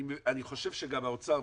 אני חושב שגם האוצר,